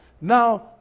Now